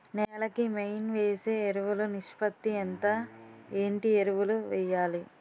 నేల కి మెయిన్ వేసే ఎరువులు నిష్పత్తి ఎంత? ఏంటి ఎరువుల వేయాలి?